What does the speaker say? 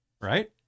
right